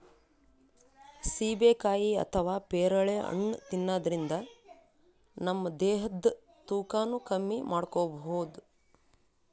ಸೀಬೆಕಾಯಿ ಅಥವಾ ಪೇರಳೆ ಹಣ್ಣ್ ತಿನ್ನದ್ರಿನ್ದ ನಮ್ ದೇಹದ್ದ್ ತೂಕಾನು ಕಮ್ಮಿ ಮಾಡ್ಕೊಬಹುದ್